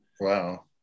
Wow